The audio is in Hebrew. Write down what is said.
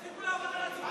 תפסיקו לעבוד על הציבור.